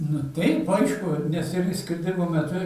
nu taip aišku nes ir išskridimo metu